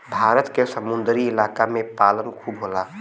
भारत के समुंदरी इलाका में पालन खूब होला